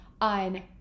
on